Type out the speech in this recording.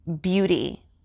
beauty